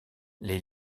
les